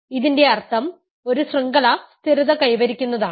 ഇതിന്റെ അർഥം ഒരു ശൃംഖല സ്ഥിരത കൈവരിക്കുന്നതാണ്